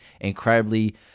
incredibly